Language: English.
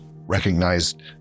recognized